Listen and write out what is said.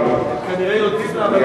חנין.